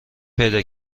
پیدا